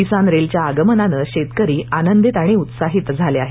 किसान रेलच्या आगमनाने शेतकरी आनंदित आणि उत्साहीत आहेत